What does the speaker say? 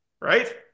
right